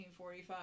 1945